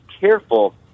careful